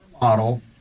model